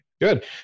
Good